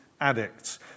addicts